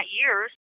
years